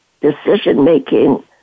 decision-making